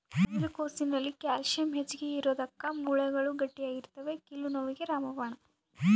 ನವಿಲು ಕೋಸಿನಲ್ಲಿ ಕ್ಯಾಲ್ಸಿಯಂ ಹೆಚ್ಚಿಗಿರೋದುಕ್ಕ ಮೂಳೆಗಳು ಗಟ್ಟಿಯಾಗ್ತವೆ ಕೀಲು ನೋವಿಗೆ ರಾಮಬಾಣ